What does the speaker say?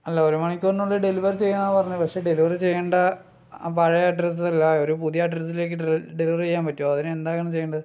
അല്ല ഒരു മണിക്കൂറിനുളളിൽ ഡെലിവറി ചെയ്യാമെന്ന് പറഞ്ഞത് പക്ഷെ ഡെലിവറി ചെയ്യേണ്ട ആ പഴയ അഡ്രസ്സല്ല ഒരു പുതിയ അഡ്രസ്സിലേക്ക് ഡെലിവറി ചെയ്യാൻ പറ്റുമോ അതിനു എന്താണ് ചെയ്യേണ്ടത്